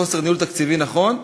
או חוסר ניהול תקציבי נכון,